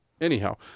Anyhow